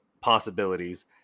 possibilities